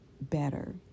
better